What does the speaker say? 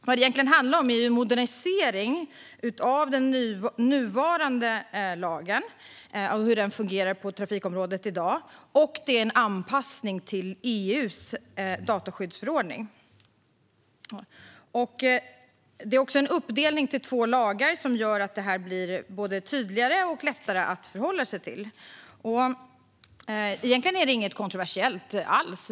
Vad det egentligen handlar om är en modernisering av den nuvarande lagen och av hur den fungerar på trafikområdet i dag. Det är också en anpassning till EU:s dataskyddsförordning. Det sker också en uppdelning i två lagar som gör att detta blir både tydligare och lättare att förhålla sig till. Egentligen är detta inget kontroversiellt alls.